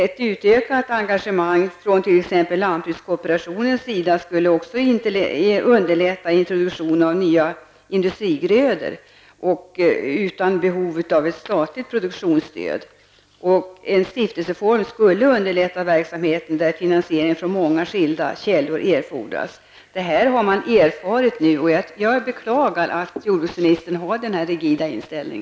Ett utökat engagemang från lantbrukskooperationens sida skulle utan statligt produktionsstöd underlätta introduktion av nya industrigrödor. En stiftelseform underlättar också verksamhet där finansiering från många skilda källor erfordras. Detta har man nu fått erfara. Jag beklagar att jordbruksministern har denna rigida inställning.